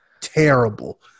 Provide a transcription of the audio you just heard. terrible